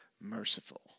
merciful